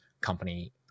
company